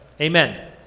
Amen